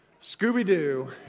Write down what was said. Scooby-Doo